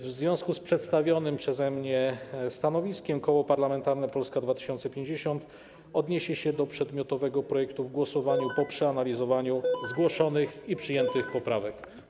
W związku z przedstawionym przeze mnie stanowiskiem Koło Parlamentarne Polska 2050 odniesie się do przedmiotowego projektu w głosowaniu, po przeanalizowaniu zgłoszonych i przejętych poprawek.